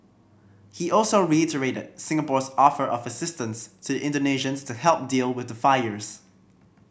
he also reiterated Singapore's offer of assistance to the Indonesians to help deal with the fires